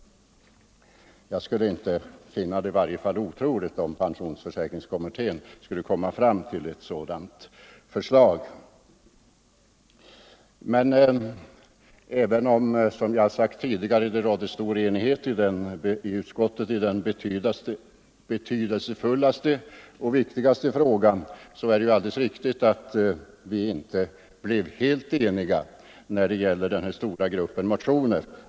Jag finner det i varje fall inte otroligt att pensionsförsäkringskommittén kommer fram till förslag som går i den riktningen. Även om det har rått stor enighet i utskottet i den mest betydelsefulla och viktigaste frågan är det, som herr Ringaby sagt tidigare, alldeles riktigt att vi inte blev helt eniga om den stora gruppen motioner.